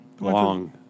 Long